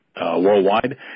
worldwide